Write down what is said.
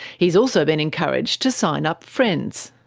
he's also been encouraged to sign up friends.